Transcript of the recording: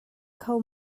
kho